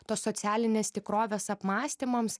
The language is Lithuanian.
tos socialinės tikrovės apmąstymams